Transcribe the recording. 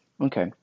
Okay